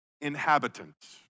inhabitants